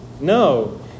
No